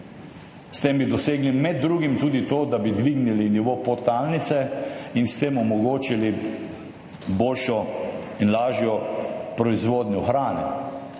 S tem bi dosegli med drugim tudi to, da bi dvignili nivo podtalnice in s tem omogočili boljšo in lažjo proizvodnjo hrane.